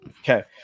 Okay